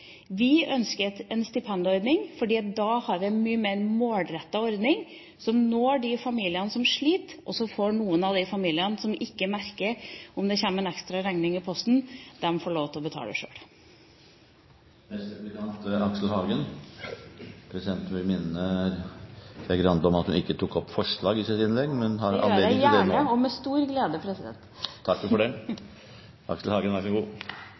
Vi ønsker en stipendordning, for da har vi en mye mer målrettet ordning, som når de familiene som sliter. Så får noen av de familiene som ikke merker om det kommer en ekstra regning i posten, lov til å betale sjøl. Presidenten vil minne Trine Skei Grande om at hun ikke tok opp forslag i sitt innlegg, men hun har anledning til det nå. Det gjør jeg gjerne og med stor glede. Da har representanten Trine Skei Grande tatt opp Venstres forslag. Takk for et godt innlegg. Det